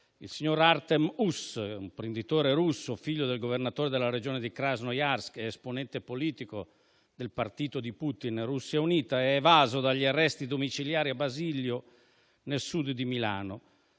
2023, Artem Uss, l'imprenditore russo figlio del governatore della regione di Krasnojarsk ed esponente politico del partito "Russia unita", è evaso dagli arresti domiciliari a Basiglio, nel sud di Milano;